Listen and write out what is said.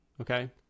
okay